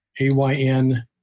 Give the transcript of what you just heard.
A-Y-N